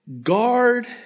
guard